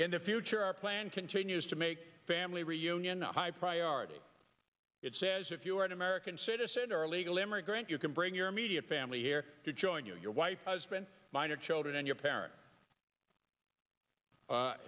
in the future our plan continues to make family reunion a high priority it says if you're an american citizen or a legal immigrant you can bring your immediate family here to join you and your wife husband minor children and your parents